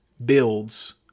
builds